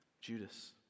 Judas